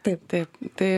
taip taip tai